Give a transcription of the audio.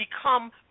become